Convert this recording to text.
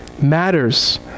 matters